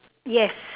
yes